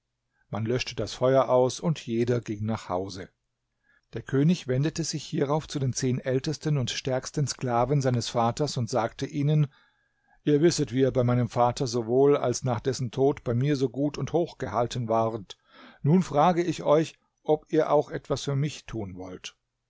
man löschte das feuer aus und jeder ging nach hause der könig wendete sich hierauf zu den zehn ältesten und stärksten sklaven seines vaters und sagte ihnen ihr wisset wie ihr bei meinem vater sowohl als nach dessen tod bei mir so gut und hoch gehalten waret nun frage ich euch ob ihr auch etwas für mich tun wollt